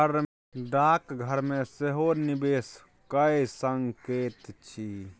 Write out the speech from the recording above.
डाकघर मे सेहो निवेश कए सकैत छी